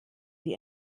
die